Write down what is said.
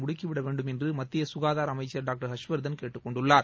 முடுக்கிவிட வேண்டும் என்று மத்திய குகாதார அமைச்சர் டாக்டர் ஹர்ஷ் வர்தன் கேட்டுக்கொண்டுள்ளார்